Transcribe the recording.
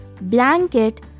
blanket